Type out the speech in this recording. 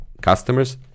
customers